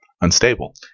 unstable